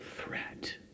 threat